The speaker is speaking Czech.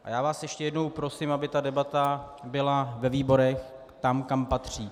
A já vás ještě jednou prosím, aby byla debata ve výborech, tam, kam patří.